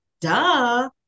duh